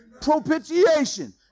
propitiation